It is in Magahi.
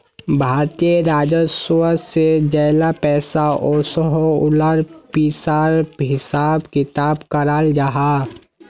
भारतीय राजस्व से जेला पैसा ओसोह उला पिसार हिसाब किताब कराल जाहा